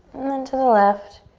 and then to the left.